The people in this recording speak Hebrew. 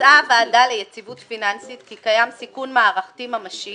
"מצאה הוועדה ליציבות פיננסית כי קיים סיכון מערכתי ממשי